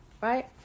Right